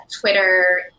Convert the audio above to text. Twitter